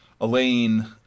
Elaine